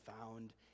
found